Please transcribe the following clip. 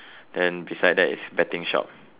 then beside that is betting shop